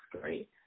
great